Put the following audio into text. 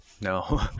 No